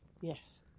Yes